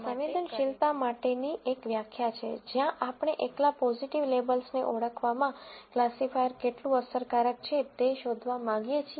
હવે અન્ય વ્યાખ્યાઓ સંવેદનશીલતા માટેની એક વ્યાખ્યા છે જ્યાં આપણે એકલા પોઝીટિવ લેબલ્સને ઓળખવામાં ક્લાસિફાયર કેટલું અસરકારક છે તે શોધવા માંગીએ છીએ